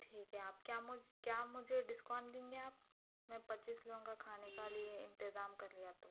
ٹھیک ہے آپ کیا مجھ کیا مجھے ڈسکاؤنٹ دیں گے آپ میں پچیس لوگوں کا کھانے کا لیے انتظام کر لیا تو